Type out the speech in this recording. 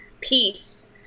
peace